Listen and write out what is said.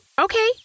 Okay